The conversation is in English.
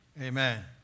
Amen